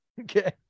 Okay